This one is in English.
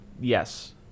yes